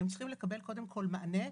הם צריכים לקבל קודם כל מענה.